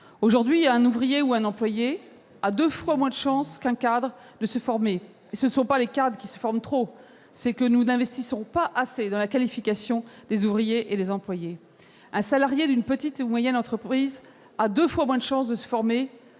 Aujourd'hui, un ouvrier ou un employé a deux fois moins de chances qu'un cadre de se former. Et ce ne sont pas les cadres qui se forment trop ! La raison tient à ce que nous n'investissons pas assez dans la qualification des ouvriers et des employés. Un salarié d'une PME a deux fois moins de chances de se former